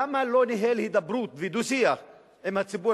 למה לא ניהל הידברות ודו-שיח עם הציבור